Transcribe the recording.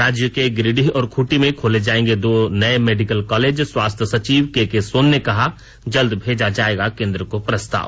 राज्य के गिरिडीह और खूंटी में खोले जाएंगे दो नए मेडिकल कॉलेज स्वास्थ्य सचिव केके सोन ने कहा जल्द भेजा जाएगा केंद्र को प्रस्ताव